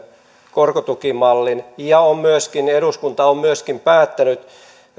korkotukimallin ja eduskunta on myöskin päättänyt